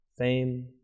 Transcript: fame